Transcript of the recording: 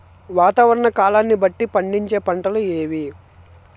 వాతావరణ కాలాన్ని బట్టి పండించే పంటలు ఏవి?